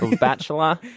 Bachelor